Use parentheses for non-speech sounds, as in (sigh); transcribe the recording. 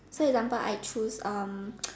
so example I choose um (noise)